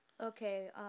Okay